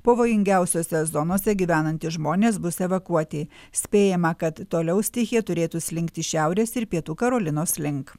pavojingiausiose zonose gyvenantys žmonės bus evakuoti spėjama kad toliau stichija turėtų slinkti šiaurės ir pietų karolinos link